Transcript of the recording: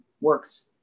works